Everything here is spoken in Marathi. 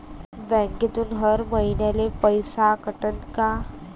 बँकेतून हर महिन्याले पैसा कटन का?